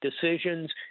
decisions